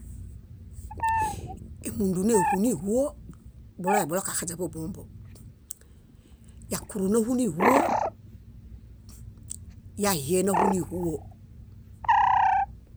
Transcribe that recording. Émundu néhuniĥuo, buloebulokaxaźen kóbombo, yakuro náhuniĥuo, yahie náhuniĥuo.